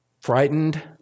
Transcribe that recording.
Frightened